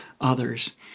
others